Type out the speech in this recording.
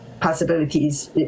possibilities